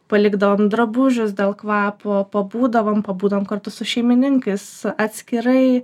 palikdavom drabužius dėl kvapo pabūdavom pabūdavom kartu su šeimininkais atskirai